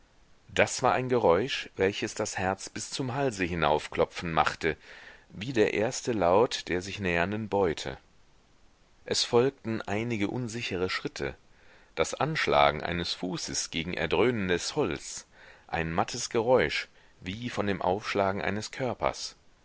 das war ein geräusch welches das herz bis zum halse hinauf klopfen machte wie der erste laut der sich nähernden beute es folgten einige unsichere schritte das anschlagen eines fußes gegen erdröhnendes holz ein mattes geräusch wie von dem aufschlagen eines körpers